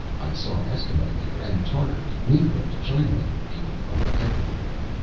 i saw esquimaux there, and tartars, negroes, chinamen people from everywhere.